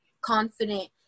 confident